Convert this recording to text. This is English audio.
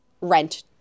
rent